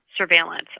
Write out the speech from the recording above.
surveillance